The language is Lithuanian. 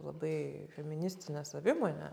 labai feministinę savimonę